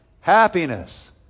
happiness